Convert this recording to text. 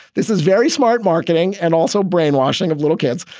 this is very smart marketing and also brainwashing of little kids.